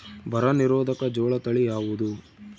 ಬರ ನಿರೋಧಕ ಜೋಳ ತಳಿ ಯಾವುದು?